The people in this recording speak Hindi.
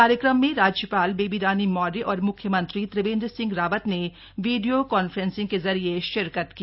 कार्यक्रम में राज्यपाल बेबी रानी मौर्य और मुख्यमंत्री त्रिवेंद्र सिंह रावत ने वीडियो कॉन्फ्रेंसिंग के जरिए शिरकत की